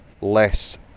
less